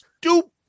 stupid